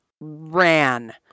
ran